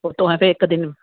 ते तुसें ते इक्क ते